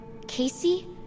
Casey